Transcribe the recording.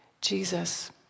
Jesus